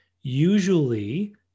usually